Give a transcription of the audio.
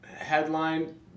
headline